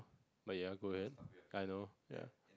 but ya go ahead I know ya